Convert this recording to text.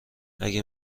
اگه